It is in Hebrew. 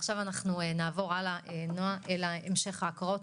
נעבור להמשך ההקראות.